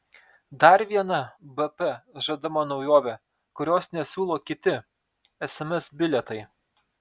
dar viena bp žadama naujovė kurios nesiūlo kiti sms bilietai